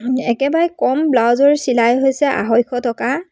একেবাৰে কম ব্লাউজৰ চিলাই হৈছে আঢ়ৈশ টকা